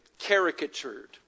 caricatured